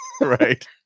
Right